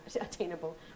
attainable